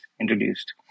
introduced